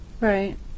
Right